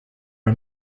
are